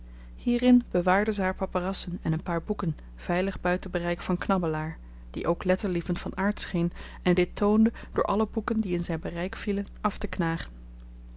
hierin bewaarde ze haar paperassen en een paar boeken veilig buiten bereik van knabbelaar die ook letterlievend van aard scheen en dit toonde door alle boeken die in zijn bereik vielen af te knagen